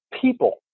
people